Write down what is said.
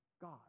God